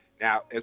Now